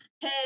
hey